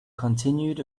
continued